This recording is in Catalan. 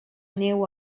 neu